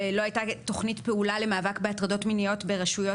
לא הייתה תכנית פעולה למאבק בהטרדות מיניות ברשויות